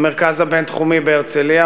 המרכז הבין-תחומי בהרצלייה,